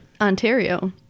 Ontario